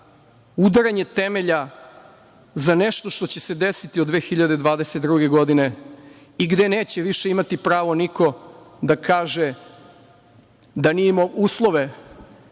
udaranje temelja za nešto što će se desiti od 2022. godine i gde neće više imati pravo niko da kaže da nije imao uslove.